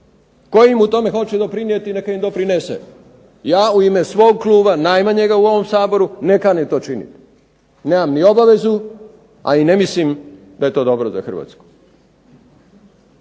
Tko im u tome hoće doprinijeti neka im doprinese. Ja u ime svog kluba najmanjega u ovom Saboru ne kanim to činiti. Nemam ni obavezu, a i ne mislim da je to dobro za Hrvatsku.